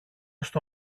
στο